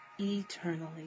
eternally